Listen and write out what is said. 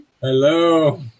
Hello